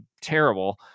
terrible